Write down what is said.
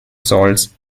salts